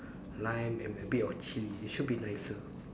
lime and a bit of chili it should be nicer